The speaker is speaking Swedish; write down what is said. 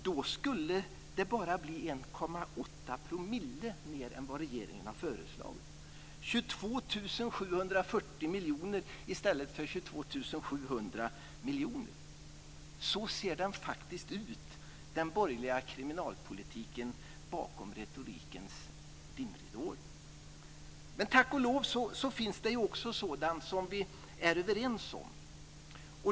Då skulle det bara bli 1,8 % mer än vad regeringen har föreslagit - 22 740 miljoner i stället för 22 700 miljoner. - Så ser den borgerliga kriminalpolitiken bakom retorikens dimridåer faktiskt ut. Men tack och lov finns det också sådant som vi är överens om.